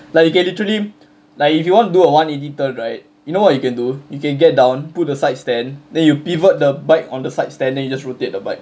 that you can literally like if you want to do a one editor right you know what you can do you can get down put aside stand then you pivot the bike on the site standing just rotate the bike